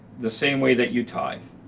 the same way that you tithe.